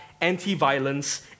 anti-violence